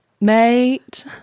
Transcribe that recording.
Mate